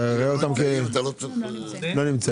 לא נמצאים.